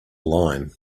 line